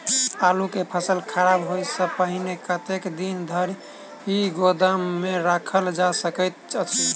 आलु केँ फसल खराब होब सऽ पहिने कतेक दिन धरि गोदाम मे राखल जा सकैत अछि?